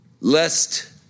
lest